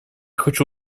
хочу